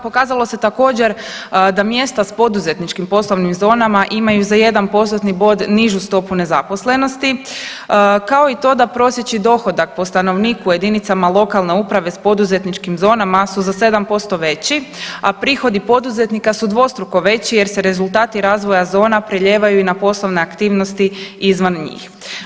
Pokazalo se također da mjesta s poduzetničkim poslovnim zonama imaju za jedan postotni bod nižu stopu nezaposlenosti, kao i to da prosječni dohodak po stanovniku jedinicama lokalne uprave s poduzetničkim zonama su za 7% veći, a prihodi poduzetnika su dvostruko veći jer se rezultati razvoja zona prelijevaju i na poslovne aktivnosti izvan njih.